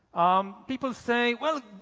um people say well,